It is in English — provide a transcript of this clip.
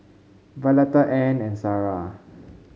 Violetta Anne and Sara